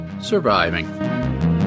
surviving